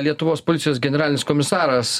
lietuvos policijos generalinis komisaras